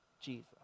Jesus